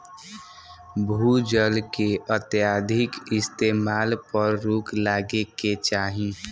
भू जल के अत्यधिक इस्तेमाल पर रोक लागे के चाही